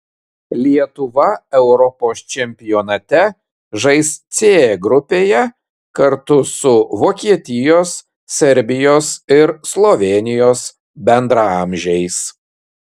lietuva europos čempionate žais c grupėje kartu su vokietijos serbijos ir slovėnijos bendraamžiais